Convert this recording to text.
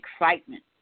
excitement